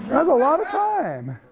that's a lot of time,